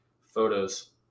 photos